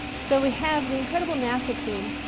so we have the incredible nasa team,